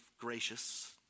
gracious